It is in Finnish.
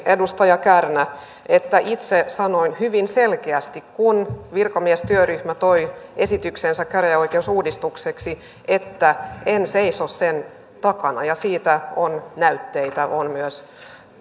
edustaja kärnä että itse sanoin hyvin selkeästi kun virkamiestyöryhmä toi esityksensä käräjäoikeusuudistukseksi että en seiso sen takana ja siitä on näytteitä on